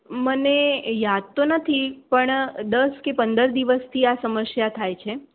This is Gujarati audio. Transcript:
મને યાદ તો નથી પણ દસ કે પંદર દિવસથી આ સમસ્યા થાય છે